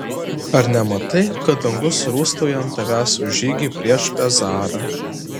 ar nematai kad dangus rūstauja ant tavęs už žygį prieš pezarą